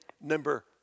number